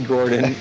Gordon